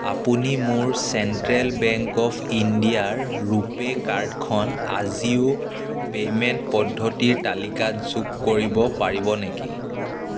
আপুনি মোৰ central bank of ইণ্ডিয়াৰ ৰুপে কাৰ্ডখন আজিওৰ পে'মেণ্ট পদ্ধতিৰ তালিকাত যোগ কৰিব পাৰিব নেকি